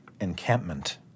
encampment